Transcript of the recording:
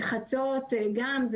בחצות גם,